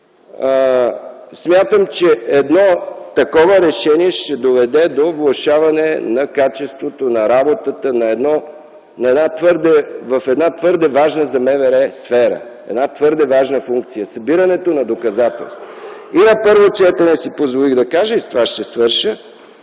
Смятам, че едно такова решение ще доведе до влошаване на качеството на работата в една твърде важна за МВР сфера, на една твърде важна функция – събирането на доказателства. И на първо четене си позволих да кажа, и с това ще завърша,